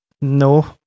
no